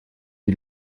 die